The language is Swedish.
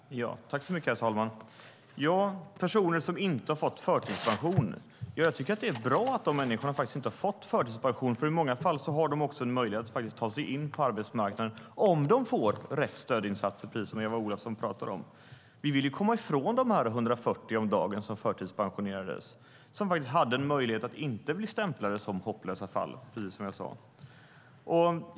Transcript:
Herr talman! När det gäller personer som inte har fått förtidspension tycker jag att det är bra att de inte har fått förtidspension. I många fall har de faktiskt en möjlighet att ta sig in på arbetsmarknaden om de får rätt stödinsatser, precis som Eva Olofsson talade om. Vi vill komma ifrån de 140 personer om dagen som förtidspensionerades och som hade en möjlighet att inte bli stämplade som hopplösa fall, precis som jag sade.